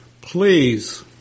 please